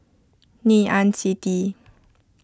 Ngee Ann City